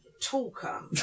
talker